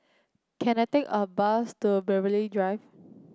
can I take a bus to Belgravia Drive